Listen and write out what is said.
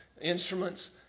Instruments